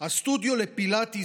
אותו דבר,